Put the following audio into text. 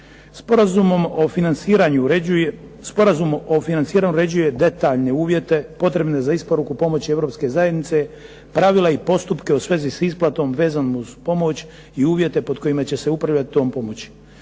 Sporazum o financiranju uređuje detaljne uvjete potrebne za isporuku pomoći Europske zajednice, pravila i postupke u svezi s isplatom vezano uz pomoć i uvjete pod kojima će se upravljati tom pomoći.